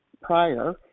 prior